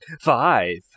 Five